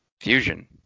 fusion